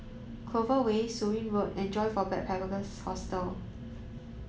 Clover Way Surin Road and Joyfor Backpackers' Hostel